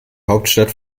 hauptstadt